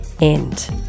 end